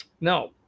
now